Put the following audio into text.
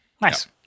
Nice